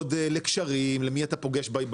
אתה יודע את זה.